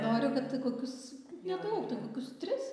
noriu kad kokius nedaug tai kokius tris